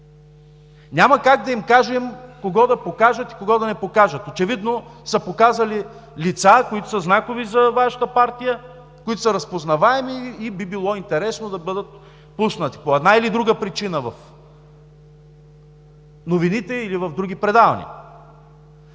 Няма как да им кажем кого да покажат и кого да не покажат. Очевидно са показали лица, които са знакови за Вашата партия, които са разпознаваеми и би било интересно да бъдат пуснати по една или друга причина в новините или в други предавания.